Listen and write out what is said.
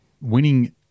winning